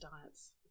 diets